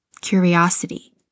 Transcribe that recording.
Curiosity